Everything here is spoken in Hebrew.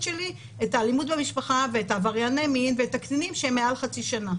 שלי את האלימות במשפחה ואת עברייני המין ואת הקטינים שמעל חצי שנה.